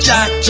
Jack